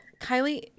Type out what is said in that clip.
kylie